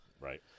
Right